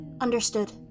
Understood